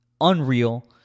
Unreal